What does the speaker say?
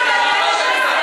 לא.